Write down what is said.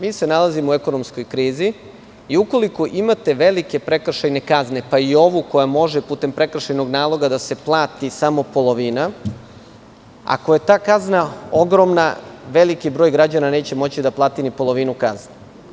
Mi se nalazimo u ekonomskoj krizi i ukoliko imate velike prekršajne kazne, pa i ovu koja može putem prekršajnog naloga da se plati samo polovina, ako je ta kazna ogromna, veliki broj građana neće moći da plati ni polovinu kazne.